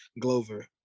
Glover